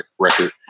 record